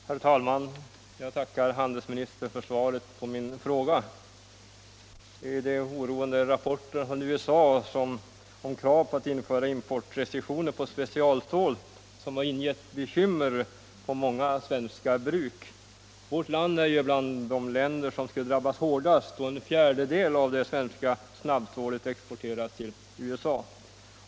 Herr talman! Jag tackar handelsministern för svaret på min fråga. De oroande rapporterna från USA om kravet på att införa importrestriktioner för specialstål har ingett bekymmer vid många svenska bruk. Vårt land är bland de länder som skulle drabbas hårdast eftersom en fjärdedel av det svenska snabbstålet exporteras till USA.